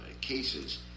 cases